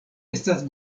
estas